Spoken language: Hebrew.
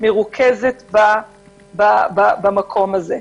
מרוכזת במקום הזה.